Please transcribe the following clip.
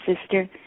sister